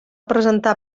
presentar